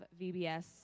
VBS